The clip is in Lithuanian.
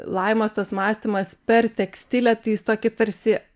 laimos tas mąstymas per tekstilę tai jis tokį tarsi